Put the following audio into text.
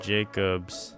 Jacobs